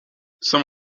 some